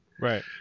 Right